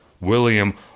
William